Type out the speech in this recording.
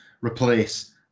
replace